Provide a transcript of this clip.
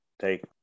take